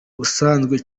busanzwe